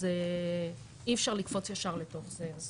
אז אי אפשר לקפוץ ישר לתוך זה.